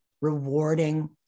rewarding